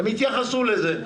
הם התייחסו לזה.